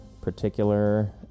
particular